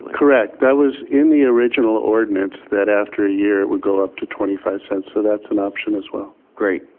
correct. that was in the original ordinance that after a year it would go up to twenty five cents. so that's an option as well. great,